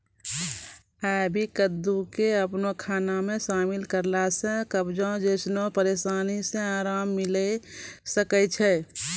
आइ.वी कद्दू के अपनो खाना मे शामिल करला से कब्जो जैसनो परेशानी से अराम मिलै सकै छै